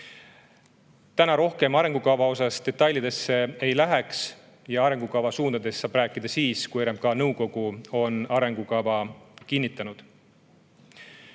Täna rohkem arengukava detailidesse ei läheks. Arengukava suundadest saab rääkida siis, kui RMK nõukogu on arengukava kinnitanud.